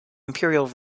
imperial